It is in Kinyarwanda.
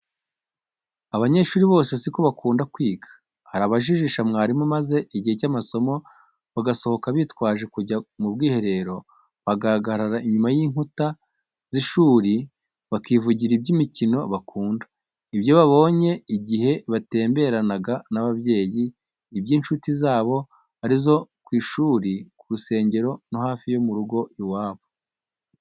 Abanyeshuri bose si ko bakunda kwiga, hari abajijisha mwarimu maze igihe cy'amasomo bagasohoka bitwaje kujya mu bwiherero, bagahagarara inyuma y'inkuta z'ishuri bakivugira iby'imikino bakunda, ibyo babonye igihe batemberanaga n'ababyeyi, iby'incuti zabo, ari izo ku ishuri, ku rusengero, no hafi yo mu rugo iwabo.